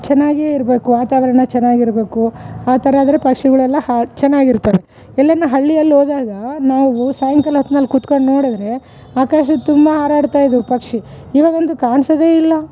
ಚೆನ್ನಾಗೇ ಇರಬೇಕು ವಾತಾವರಣ ಚೆನ್ನಾಗಿರ್ಬೇಕು ಆ ಥರ ಆದರೆ ಪಕ್ಷಿಗಳೆಲ್ಲ ಹಾಂ ಚೆನ್ನಾಗಿರ್ತವೆ ಎಲ್ಲಾ ಹಳ್ಳಿಯಲ್ಲಿ ಹೋದಾಗ ನಾವು ಸಾಯಂಕಾಲ ಹೊತ್ನಲ್ಲಿ ಕೂತ್ಕೊಂಡು ನೋಡಿದ್ರೆ ಆಕಾಶದ ತುಂಬ ಹಾರಾಡ್ತ ಇದ್ವು ಪಕ್ಷಿ ಇವಾಗ ಅಂತು ಕಾಣಿಸೋದೆ ಇಲ್ಲ